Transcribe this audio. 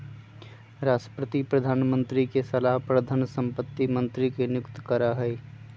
राष्ट्रपति प्रधानमंत्री के सलाह पर धन संपत्ति मंत्री के नियुक्त करा हई